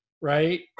right